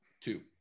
two